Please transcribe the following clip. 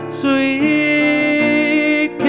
sweet